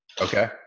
Okay